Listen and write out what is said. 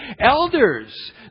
Elders